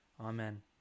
Amen